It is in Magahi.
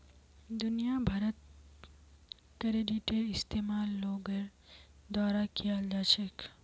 दुनिया भरत क्रेडिटेर इस्तेमाल लोगोर द्वारा कियाल जा छेक